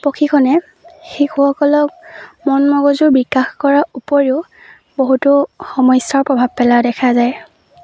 প্ৰশিক্ষণে শিশুসকলক মন মগজুৰ বিকাশ কৰাৰ উপৰিও বহুতো সমস্যাৰ প্ৰভাৱ পেলোৱা দেখা যায়